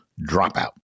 dropout